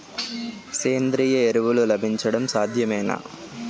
సేంద్రీయ ఎరువులు లభించడం సాధ్యమేనా?